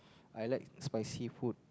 I like spicy food